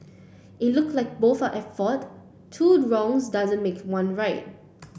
it look like both are at fault two wrongs doesn't make one right